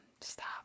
Stop